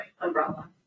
umbrella